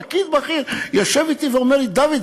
פקיד בכיר יושב אתי ואומר לי: דוד,